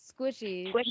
squishy